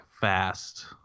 fast